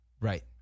right